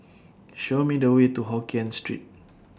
Show Me The Way to Hokkien Street